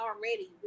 already